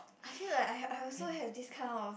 I feel like I I also have this kind of